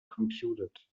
computed